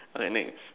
alright next